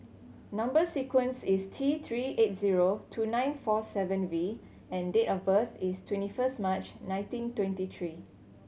number sequence is T Three eight zero two nine four seven V and date of birth is twenty first March nineteen twenty three